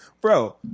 Bro